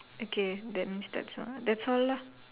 okay that means that's all that's all lah